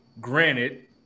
Granted